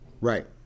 Right